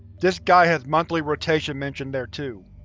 this guy has monthly rotation mentioned there too.